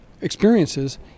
experiences